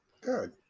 good